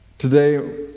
Today